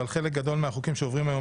אבל חלק גדול מהחוקים שעוברים היום,